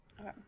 okay